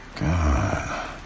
God